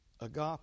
Agape